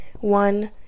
one